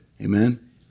Amen